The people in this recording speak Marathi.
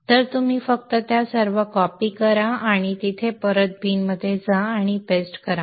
तर तुम्ही फक्त त्या सर्व कॉपी करा आणि तिथे परत बिनमध्ये जा आणि पेस्ट करा